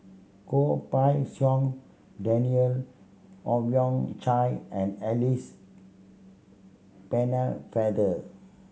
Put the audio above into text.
Goh Pei Siong Daniel Owyang Chi and Alice Pennefather